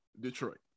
Detroit